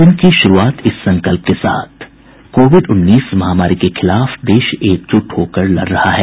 bulletin की शुरूआत इस संकल्प के साथ कोविड उन्नीस महामारी के खिलाफ देश एकजुट होकर लड़ रहा है